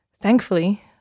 Thankfully